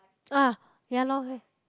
ah ya loh